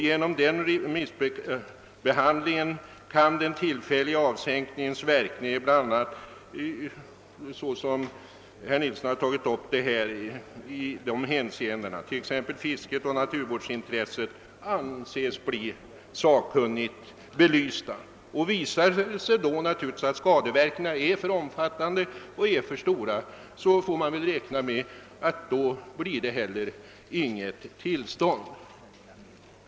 Genom denna remissbehandling kan den tillfälliga avsänkningens verkningar i bl.a. de av herr Nilsson i Agnäs nämnda hänseendena, fisket och naturvårdsintresset, antas bli sakkunnigt belysta. Visar det sig då att skadeverkningarna blir för omfattande får man räkna med att det inte heller ges något tillstånd.